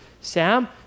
Sam